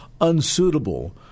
unsuitable